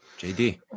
JD